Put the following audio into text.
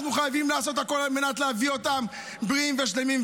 אנחנו חייבים לעשות הכול על מנת להביא אותם בריאים ושלמים,